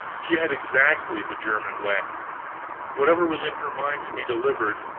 she had exactly the german way whatever was in her mind to be delivered,